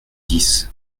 dix